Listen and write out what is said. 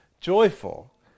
Joyful